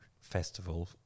festival